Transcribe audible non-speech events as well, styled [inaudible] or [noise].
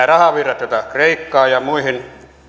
[unintelligible] rahavirtoja joita kreikkaan ja muihin etelä euroopan